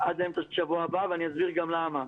עד אמצע שבוע הבא ואני אסביר גם למה.